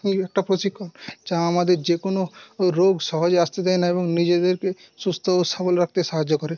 একটা প্রশিক্ষণ যা আমাদের যে কোনো রোগ সহজে আসতে দেয় না এবং নিজেদেরকে সুস্থ ও সবল রাখতে সাহায্য করে